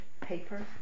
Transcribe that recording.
paper